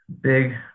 Big